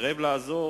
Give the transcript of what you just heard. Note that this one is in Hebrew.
וסירב לעזור,